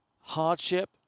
hardship